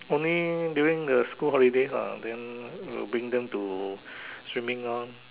only during the school holidays ah then will bring them to swimming ah